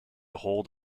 hold